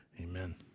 amen